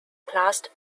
classed